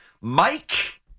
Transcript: Mike